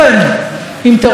עם טרור נמשך,